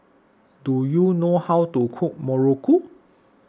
do you know how to cook Muruku